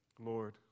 Lord